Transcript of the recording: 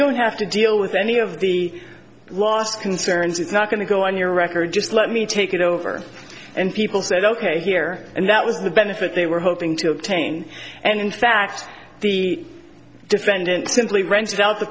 have to deal with any of the last concerns it's not going to go on your record just let me take it over and people said ok here and that was the benefit they were hoping to obtain and in fact the defendant simply rents felt the